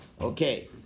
Okay